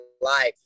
life